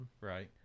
Right